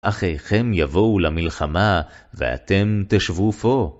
אחייכם יבואו למלחמה, ואתם תשבו פה.